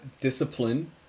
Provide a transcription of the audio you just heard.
discipline